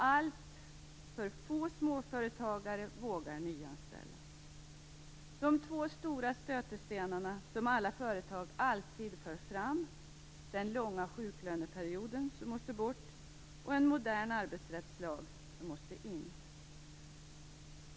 Alltför få småföretagare vågar nyanställa. De två stora stötestenar som alla företagare alltid för fram är den långa sjuklöneperioden, som måste bort, och en modern arbetsrättslag, som måste in.